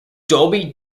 dolby